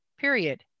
period